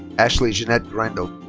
ashley jeanette greindl.